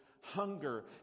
hunger